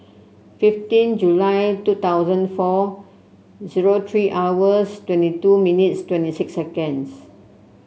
fifteen July two thousand four zero three hours twenty two minutes twenty six seconds